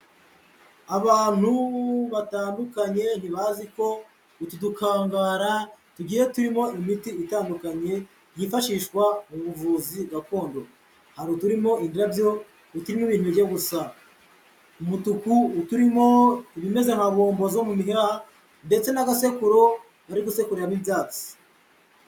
Abantu batandukanye ntibazi ko utu dukangara tugiye turimo imiti itandukanye yifashishwa mu buvuzi gakondo. Hari turimo indabyo, uturimo ibintu bijya gusa umutuku, uturimo ibimeze nka bombo zo mu miheha ndetse n'agasekuro bari gusekuriramo ibyatsi.